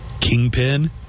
Kingpin